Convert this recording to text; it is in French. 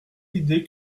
l’idée